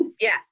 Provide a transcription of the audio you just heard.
Yes